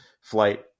flight